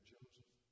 Joseph